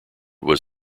was